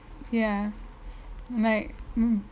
ya like mm